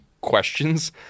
questions